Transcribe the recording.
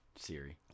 Siri